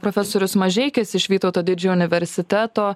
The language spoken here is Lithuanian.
profesorius mažeikis iš vytauto didžiojo universiteto